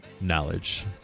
knowledge